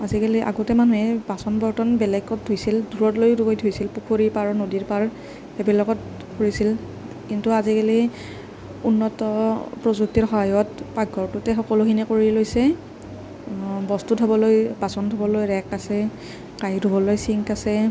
আজিকালি আগতে মানুহে বাচন বৰ্তন বেলেগত ধুইছিল দূৰত লৈ গৈ ধুইছিল পুখুৰীৰ পাৰ নদীৰ পাৰ এইবিলাকত ধুইছিল কিন্তু আজিকালি উন্নত প্ৰযুক্তিৰ সহায়ত পাকঘৰটোতে সকলোখিনি কৰি লৈছে বস্তু থ'বলৈ বাচন ধুবলৈ ৰেক আছে কাঁহী ধুবলৈ চিংক আছে